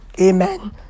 Amen